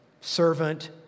servant